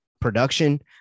production